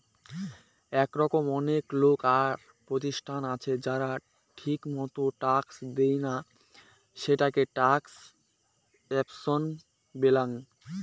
এরকম অনেক লোক আর প্রতিষ্ঠান আছে যারা ঠিকমতো ট্যাক্স দেইনা, সেটাকে ট্যাক্স এভাসন বলাঙ্গ